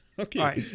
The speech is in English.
Okay